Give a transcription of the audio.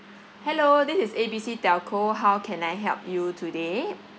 hello this is A B C telco how can I help you today